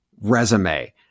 resume